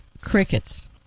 Crickets